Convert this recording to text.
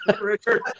Richard